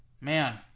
Man